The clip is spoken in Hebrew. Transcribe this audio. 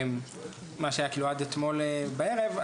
מה שהיה עד אתמול בערב,